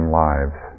lives